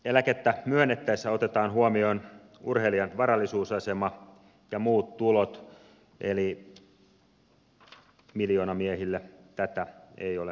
eläkettä myönnettäessä otetaan huomioon urheilijan varallisuusasema ja muut tulot eli miljoonamiehille tätä ei ole tarkoitettu